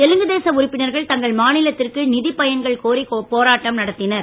தெலுங்குதேச உறுப்பினர்கள் தங்கள் மாநிலத்திற்கு நிதிப் பயன்கள் கோரி போராட்டம் நடத்தினர்